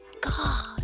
God